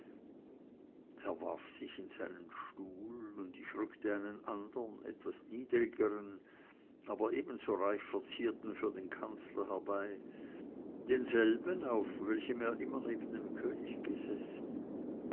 er warf sich in seinen stuhl und ich rückte einen anderen etwas niedrigeren aber ebenso reich verzierten für den kanzler herbei denselben auf welchem er immer neben dem könig gesessen